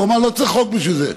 הוא אמר: לא צריך חוק בשביל זה.